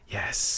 yes